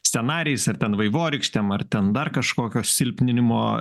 scenarijais ar ten vaivorykštėm ar ten dar kažkokio silpninimo